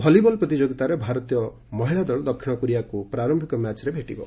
volleyball ପ୍ରତିଯୋଗିତାରେ ଭାରତୀୟ ମହିଳା ଦଳ ଦକ୍ଷିଣ କୋରିଆକୁ ପ୍ରାର୍ୟିକ ମ୍ୟାଚ୍ରେ ଭେଟିବ